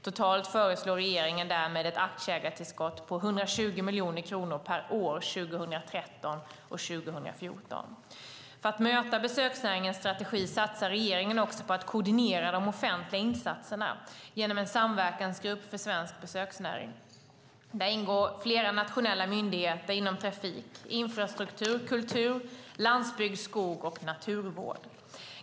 Totalt föreslår regeringen därmed ett aktieägartillskott på 120 miljoner kronor per år 2013 och 2014. För att möta besöksnäringens strategi satsar regeringen också på att koordinera de offentliga insatserna genom en samverkansgrupp för svensk besöksnäring. Där ingår flera nationella myndigheter inom trafik, infrastruktur, kultur, landsbygd, skog och naturvård.